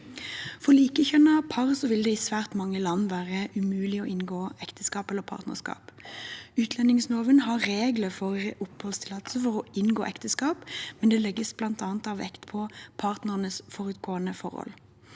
For likekjønnede par vil det i svært mange land være umulig å inngå ekteskap eller partnerskap. Utlendingsloven har regler for oppholdstillatelse for å inngå ekteskap, men det legges da bl.a. vekt på partnernes forutgående forhold.